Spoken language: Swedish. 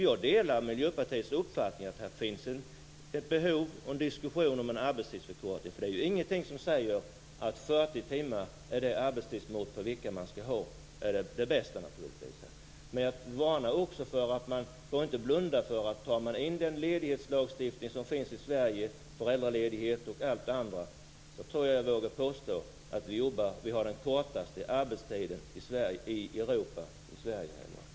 Jag delar Miljöpartiets uppfattning att det finns ett behov av en diskussion om en arbetstidsförkortning. Ingenting säger att den bästa arbetstiden är just 40 Men jag vill också varna: Om man räknar in den ledighetslagstiftning som finns här, bl.a. föräldraledighet, vågar jag påstå att vi i Sverige har den kortaste arbetstiden i Europa. Vi får inte blunda för det.